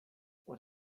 what